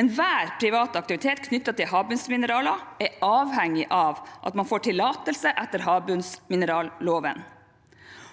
Enhver privat aktivitet knyttet til havbunnsmineraler er avhengig av at man får tillatelse etter havbunnsmineralloven,